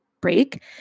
break